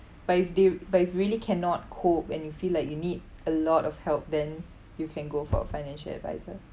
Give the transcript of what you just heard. but if they r~ but if really cannot cope and you feel like you need a lot of help then you can go for a financial adviser